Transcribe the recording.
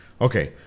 okay